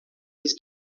his